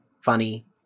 funny